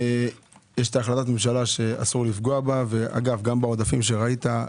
יש החלטת ממשלה שאין לפגוע בה וגם בעודפים שראית,